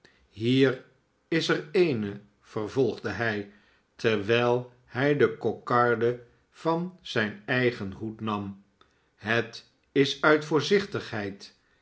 hier is er eene vervolgde hij erw jl hij de kokarde van zijn eigen hoed nam het is uit voorz